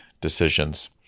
decisions